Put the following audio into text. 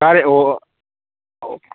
ಅದೇ ಓಕೆ